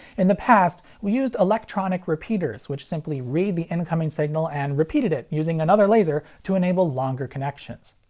in the past, we used electronic repeaters which simply read the incoming signal and repeated it using another laser to enable longer connections.